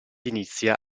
inizia